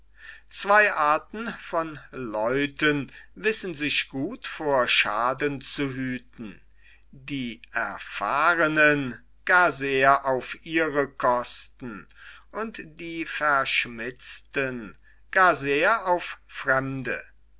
zwei arten von leuten wissen sich gut vor schaden zu hüten die erfahrnen gar sehr auf ihre kosten und die verschmitzten gar sehr auf fremde